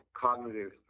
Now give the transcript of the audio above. Cognitive